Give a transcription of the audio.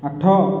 ଆଠ